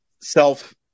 self